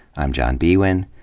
i'm john biewen.